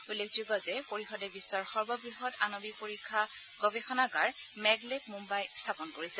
উল্লেখযোগ্য যে পৰিষদে বিশ্বৰ সৰ্ববহৎ আণৱিক পৰীক্ষণ গৱেষণাৰ মেগলেব মুম্বাই স্থাপন কৰিছে